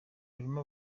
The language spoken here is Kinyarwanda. birimo